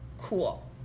cool